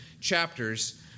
chapters